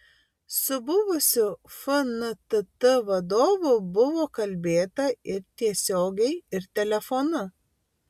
su buvusiu fntt vadovu buvo kalbėta ir tiesiogiai ir telefonu